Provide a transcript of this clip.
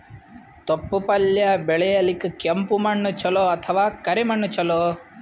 ತೊಪ್ಲಪಲ್ಯ ಬೆಳೆಯಲಿಕ ಕೆಂಪು ಮಣ್ಣು ಚಲೋ ಅಥವ ಕರಿ ಮಣ್ಣು ಚಲೋ?